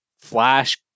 flash